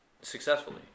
Successfully